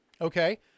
Okay